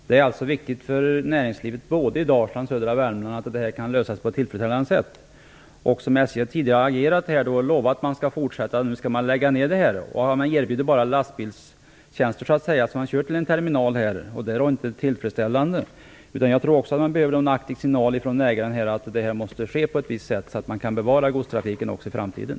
Fru talman! Det är viktigt för näringslivet både i Dalsland och i södra Värmland att problemet kan lösas på ett tillfredsställande sätt. SJ har tidigare agerat och lovat att man skall fortsätta, men nu skall man lägga ned. Man erbjuder bara lastbilstjänster. Man kör till en terminal. Det är inte tillfredsställande. Jag tror också att det behövs en aktiv signal från ägaren om att verksamheten måste ske på ett visst sätt, så att godstrafiken kan bevaras också i framtiden.